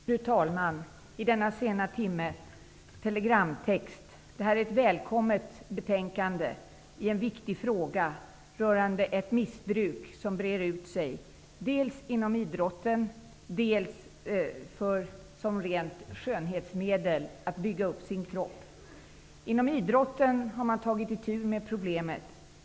Fru talman! Denna sena timme blir det telegramtext. Det gäller ett välkommet betänkande i en viktig fråga rörande ett missbruk som breder ut sig dels inom idrotten, dels som rent skönhetsmedel för att bygga upp kroppen. Inom idrotten har man tagit itu med problemet.